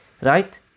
Right